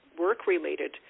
work-related